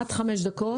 עד חמש דקות.